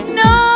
no